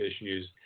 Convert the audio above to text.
issues